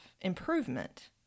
improvement